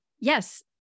yes